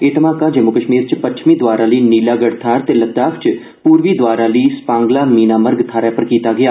एह धमाका जम्मू कश्मीर च पच्छमी द्वार आहली नीलागढ़ थाहर ते लद्दाख च पूर्वी द्वार आहली स्पांगला मीनामर्ग थाहरै पर कीता गेआ